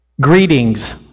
Greetings